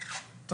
על העברת המידע,